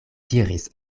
diris